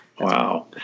Wow